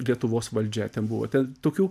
lietuvos valdžia ten buvo ten tokių